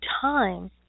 time